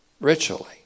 ritually